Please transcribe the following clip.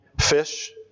fish